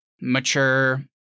mature